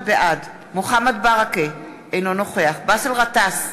בעד מוחמד ברכה, אינו נוכח באסל גטאס,